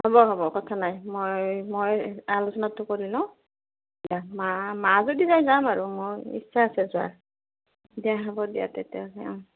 হ'ব হ'ব কথা নাই মই মই আলোচনাটো কৰি লওঁ দিয়া মা মা যদি যাই যাম আৰু মই ইচ্ছা আছে যোৱাৰ দিয়া হ'ব দিয়া তেতিয়াহঁলে